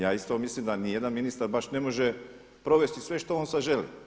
Ja isto mislim da ni jedan ministar baš ne može provesti sve što on sada želi.